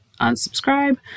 unsubscribe